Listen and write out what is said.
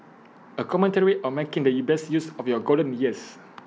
A commentary on making the best use of your golden years